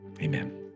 amen